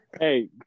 Hey